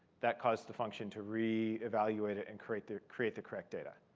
that caused the function to reevaluate and create the create the correct data.